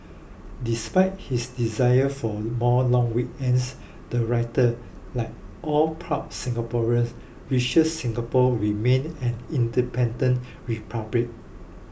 despite his desire for more long weekends the writer like all proud Singaporeans wishes Singapore remains an independent republic